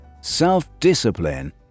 self-discipline